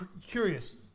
curious